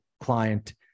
client